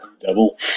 Devil